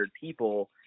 people